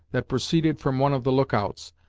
that proceeded from one of the look-outs,